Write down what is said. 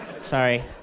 Sorry